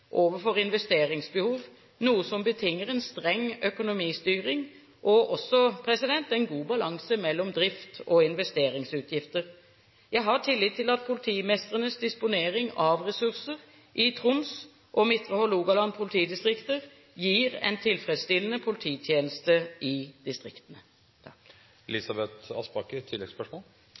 overfor investeringsbehov, noe som betinger en streng økonomistyring og også en god balanse mellom drifts- og investeringsutgifter. Jeg har tillit til at politimestrenes disponering av ressurser i Troms og Midtre Hålogaland politidistrikter gir en tilfredsstillende polititjeneste i distriktene.